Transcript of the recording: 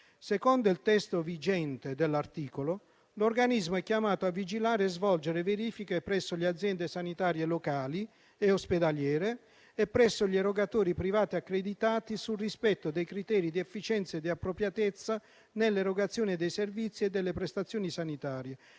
Secondo il testo vigente dell'articolo, l'Organismo è chiamato a vigilare e svolgere verifiche presso le Aziende sanitarie locali e ospedaliere e presso gli erogatori privati accreditati sul rispetto dei criteri di efficienza e di appropriatezza nell'erogazione dei servizi e delle prestazioni sanitarie